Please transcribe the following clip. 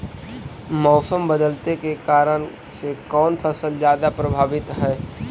मोसम बदलते के कारन से कोन फसल ज्यादा प्रभाबीत हय?